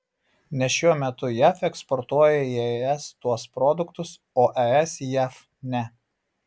nes šiuo metu jav eksportuoja į es tuos produktus o es į jav ne